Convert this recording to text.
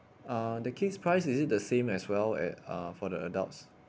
uh the kids price is it the same as well at uh for the adults